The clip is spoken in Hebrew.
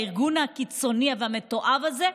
הארגון הקיצוני והמתועב הזה,